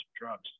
drugs